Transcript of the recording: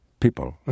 People